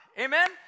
Amen